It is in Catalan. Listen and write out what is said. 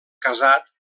casat